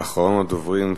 ואחרון הדוברים,